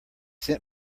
sent